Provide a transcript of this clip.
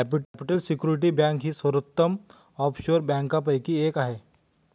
capital security bank ही सर्वोत्तम offshore बँकांपैकी एक आहे